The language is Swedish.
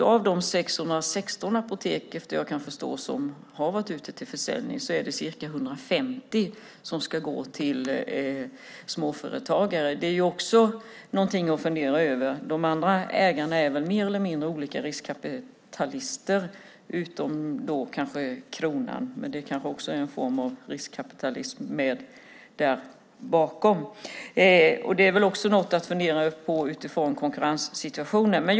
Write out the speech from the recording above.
Av de 616 apotek som vad jag kan förstå har varit ute till försäljning är det ca 150 som ska gå till småföretagare. Det är också någonting att fundera över. De andra ägarna är väl mer eller mindre olika riskkapitalister, utom kanske Kronan. Men det kanske finns en form av riskkapitalism också bakom Kronan. Det är väl något att fundera på utifrån konkurrenssituationen.